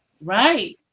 right